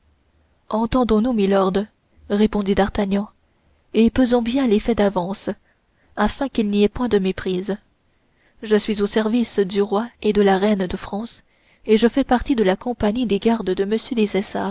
entendons-nous milord répondit d'artagnan et pesons bien les faits d'avance afin qu'il n'y ait point de méprise je suis au service du roi et de la reine de france et fais partie de la compagnie des gardes de m